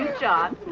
john.